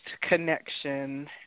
connection